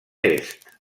est